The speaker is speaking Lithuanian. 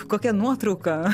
kokią nuotrauką